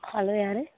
hello யார்